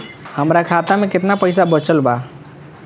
हमरा खाता मे केतना पईसा बचल बा?